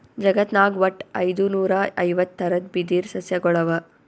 ಜಗತ್ನಾಗ್ ವಟ್ಟ್ ಐದುನೂರಾ ಐವತ್ತ್ ಥರದ್ ಬಿದಿರ್ ಸಸ್ಯಗೊಳ್ ಅವಾ